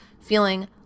feeling